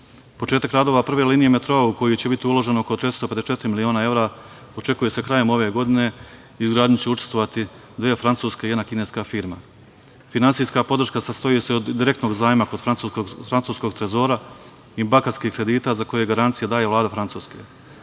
radova prve linije metroa, u koji će biti uloženo oko 454 miliona evra, očekuje se krajem ove godine. U izgradnji će učestvovati dve francuske i jedna kineska firma. Finansijska podrška sastoji se od direktnog zajma kod francuskog trezora i bankarskih kredita za koje garancije daje Vlada Francuske.